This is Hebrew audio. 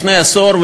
לפני עשור,